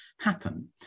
happen